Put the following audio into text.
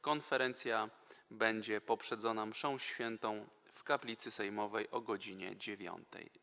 Konferencja będzie poprzedzona mszą świętą w kaplicy sejmowej o godz. 9.